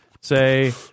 say